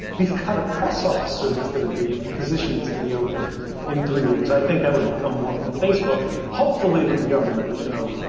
kind of press officer that's gonna be a position that's gonna be opened in three years. i think that would come more from facebook, hopefully, than the government. but you know,